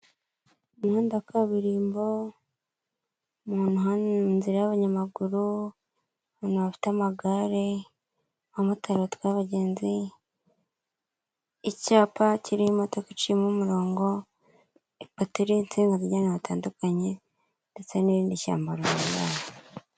Umuhanda wa kaburimbo, inzira y'abanyamaguru, abantu baafite amagare, abamotari batwaye abagenzi, icyapa kirimo imodoka iciyemo umurongo, ipoto ririho insinga zigiye ahantu hatandukanye ndetse n'irindi shyamba ruguru yaho.